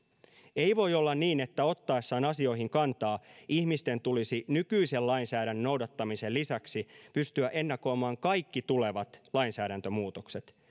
ei voi olla niin että ottaessaan asioihin kantaa ihmisten tulisi nykyisen lainsäädännön noudattamisen lisäksi pystyä ennakoimaan kaikki tulevat lainsäädäntömuutokset